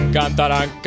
cantarán